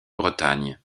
bretagne